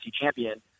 champion